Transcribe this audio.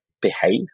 behave